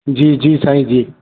जी जी साईं जी